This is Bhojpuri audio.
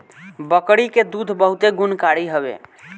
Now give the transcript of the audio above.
बकरी के दूध बहुते गुणकारी हवे